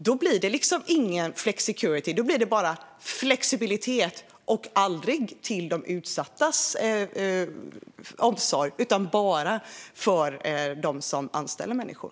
Då blir det ingen flexicurity. Då blir det bara flexibilitet - men aldrig av omsorg om de utsatta utan bara för dem som anställer människor.